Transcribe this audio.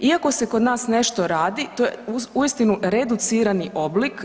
Iako se kod nas nešto radi, to je uistinu reducirani oblik.